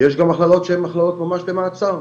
יש גם הכללות שהן הכללות ממש במעצר,